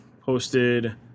posted